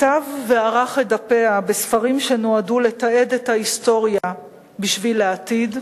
כתב וערך את דפיה בספרים שנועדו לתעד את ההיסטוריה בשביל העתיד.